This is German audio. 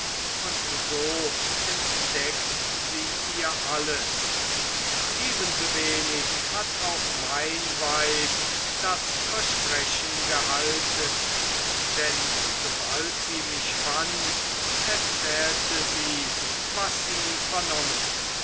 und so entdeckt sie ihr alles ebensowenig hat auch mein weib das versprechen gehalten denn sobald sie mich fand erzählte sie was sie vernommen